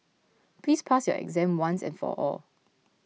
please pass your exam once and for all